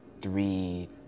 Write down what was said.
three